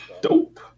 dope